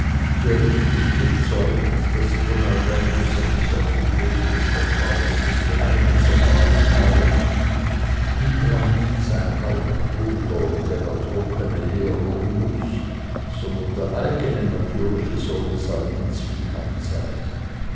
gerichtlich bezeugt daß sie von albertus selbst auf dem wege des vertrauens das geheimnis erfahren habe wie er nicht sein halbbruder der ertrunkene hieronymus sondern der eigene natürliche sohn des alten zwiehans sei